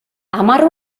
hamar